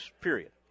Period